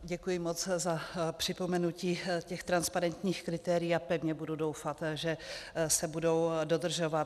Děkuji moc za připomenutí těch transparentních kritérií a pevně budu doufat, že se budou dodržovat.